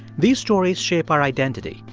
these stories shape our identity.